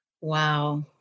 Wow